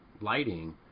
lighting